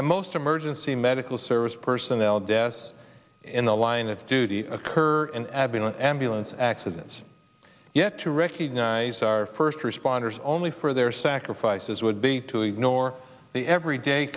and most emergency medical service personnel deaths in the line of duty occur in abingdon ambulance accidents yet to recognize our first responders only for their sacrifices would be to ignore the every day